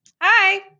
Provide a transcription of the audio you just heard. Hi